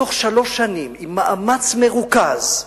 בתוך שלוש שנים, במאמץ מרוכז,